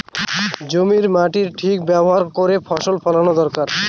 জমির মাটির ঠিক ব্যবহার করে ফসল ফলানো দরকার